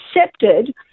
accepted